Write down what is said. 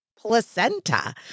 Placenta